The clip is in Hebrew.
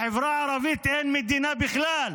בחברה הערבית אין מדינה בכלל,